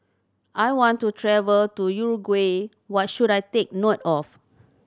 I want to travel to Uruguay what should I take note of